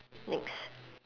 next